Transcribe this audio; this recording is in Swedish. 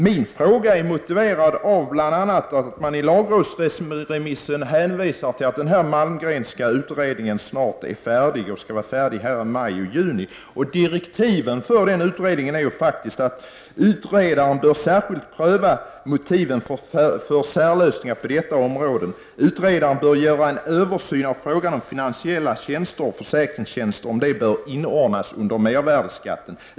Min fråga är motiverad bl.a. av att man i lagrådsremissen hänvisar till att den Malmgrenska utredningen skall vara färdig i majjuni. I direktiven för denna utredning står faktiskt att utredaren bör särskilt pröva motiven för särlösningar på detta område. Utredaren bör göra en översyn av frågan om finansiella tjänster och försäkringstjänster bör inordnas under mervärdeskatten.